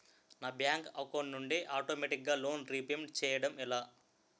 నా bank account నుండి ఆటోమేటిగ్గా లోన్ రీపేమెంట్ చేయడం ఎలా?